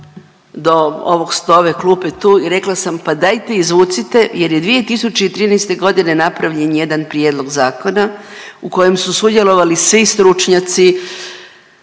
do ovog sto… ove klupe tu i rekla sam pa dajte izvucite jer je 2013. godine napravljen jedan prijedlog zakona u kojem su sudjelovali svi stručnjaci